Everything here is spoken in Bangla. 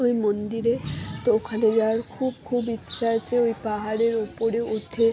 ওই মন্দিরে তো ওখানে যাওয়ার খুব খুব ইচ্ছা আছে ওই পাহাড়ের ওপরে উঠে